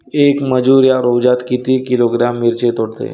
येक मजूर या रोजात किती किलोग्रॅम मिरची तोडते?